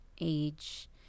age